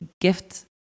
gift